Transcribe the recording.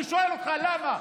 אני שואל אותך למה.